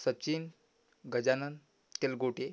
Sachin Gajanan Telgote